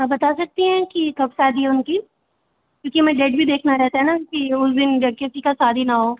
आप बता सकती है कि कब शादी है उनकी क्योंकि हमें डेट भी देखना रहता है ना कि उस दिन किसी की शादी ना हो